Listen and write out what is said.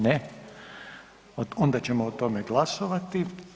Ne, onda ćemo o tome glasovati.